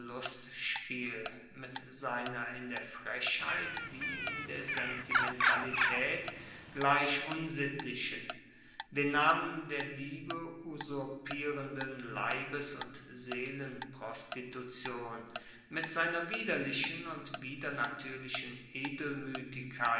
lustspiel mit seiner in der frechheit wie in der sentimentalitaet gleich unsittlichen den namen der liebe usurpierenden leibes und seelenprostitution mit seiner widerlichen und widernatuerlichen